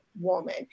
woman